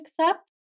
accept